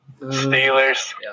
Steelers